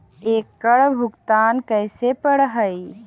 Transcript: एकड़ भुगतान कैसे करे पड़हई?